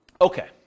Okay